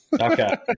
Okay